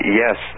yes